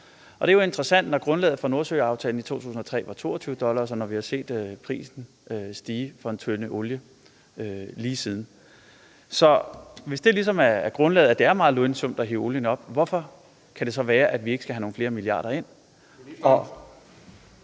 Det er jo interessant, når grundlaget for Nordsøaftalen i 2003 var 22 dollars, og når vi har set prisen på en tønde olie stige lige siden. Så hvis grundlaget ligesom er, at det er meget lønsomt at hive olien op, hvordan kan det så være, at vi ikke skal have nogle flere milliarder ind?